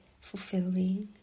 fulfilling